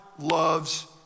loves